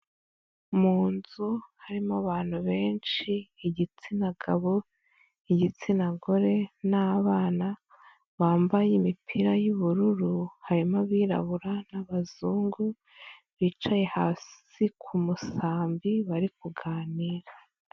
Mu nzu harimo abantu benshi igitsina gabo, igitsina gore n'abana bambaye imipira y'ubururu, harimo abirabura n'abazungu bicaye hasi ku musambi bari kuganira.